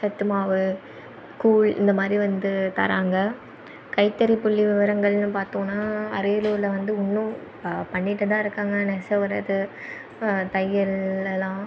சத்துமாவு கூழ் இந்த மாரி வந்து தராங்க கைத்தறி புள்ளி விவரங்கள்னு பார்த்தோன்னா அரியலூரில் வந்து இன்னும் பண்ணிட்டு தான் இருக்காங்க நெசவுறது தையல்லலாம்